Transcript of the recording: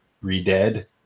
re-dead